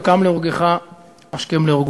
הקם להורגך השכם להורגו.